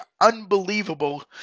unbelievable